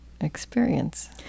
experience